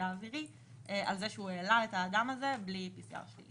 האווירי על זה שהוא העלה את האדם הזה בלי PCR שלילי.